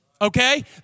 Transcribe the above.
okay